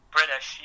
British